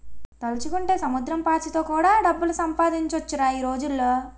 తలుచుకుంటే సముద్రం పాచితో కూడా డబ్బులు సంపాదించొచ్చురా ఈ రోజుల్లో